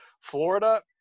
Florida